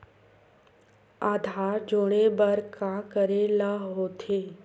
आधार जोड़े बर का करे ला होथे?